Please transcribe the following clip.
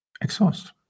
exhaust